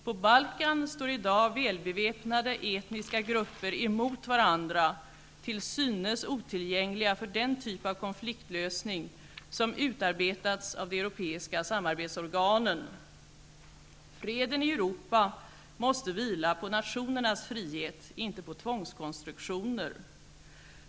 På Balkan står i dag välbeväpnade etniska grupper emot varandra till synes otillgängliga för den typ av konfliktlösning som utarbetats av de europeiska samarbetsorganen. Freden i Europa måste vila på nationernas frihet, inte på tvångskonstruktioner.